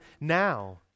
now